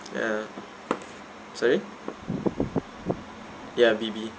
ya sorry ya B_B